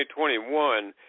2021